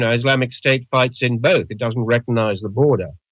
and islamic state fights in both, it doesn't recognise the border.